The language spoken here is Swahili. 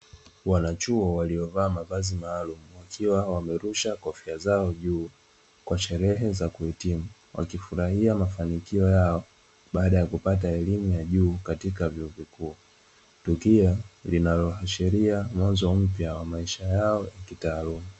Wanachuo waliovaa mavazi maalumu, wakiwa wamerusha kofia zao juu kwa sherehe za kuhitimu. Wakifurahia mafanikio yao baada ya kupata elimu ya juu katika vyuo vikuu. Tukio linaloashiria mwanzo mpya wa maisha yao ya kitaaluma.